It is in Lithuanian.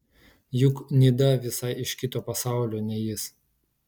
juk nida visai iš kito pasaulio nei jis